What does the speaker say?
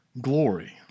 glory